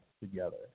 together